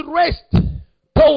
rest